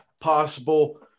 possible